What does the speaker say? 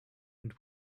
and